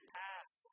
past